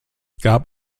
gab